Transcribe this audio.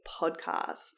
podcast